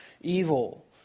evil